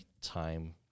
time